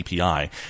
API